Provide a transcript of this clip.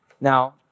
Now